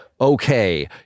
okay